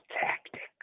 tactics